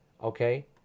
Okay